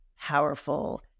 powerful